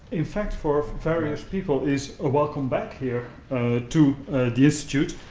in fact for various people, is a welcome back here to the institute.